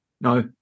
No